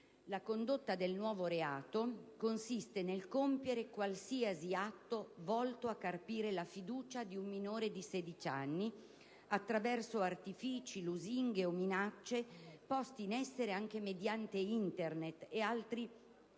La condotta del nuovo reato consiste nel compiere qualsiasi atto volto a carpire la fiducia di un minore di 16 anni attraverso artifici, lusinghe o minacce, posti in essere anche mediante Internet, o altre reti